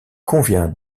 convient